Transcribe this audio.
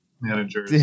manager